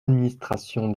administration